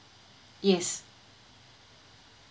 yes